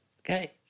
Okay